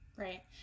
Right